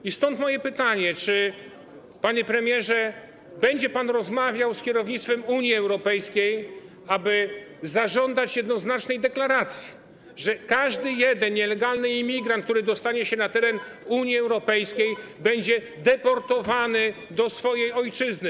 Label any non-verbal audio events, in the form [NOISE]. I stąd moje pytanie: Panie premierze, czy będzie pan rozmawiał z kierownictwem Unii Europejskiej, aby zażądać jednoznacznej deklaracji, że każdy jeden [NOISE] nielegalny imigrant, który dostanie się na teren Unii Europejskiej, będzie deportowany do swojej ojczyzny?